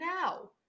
now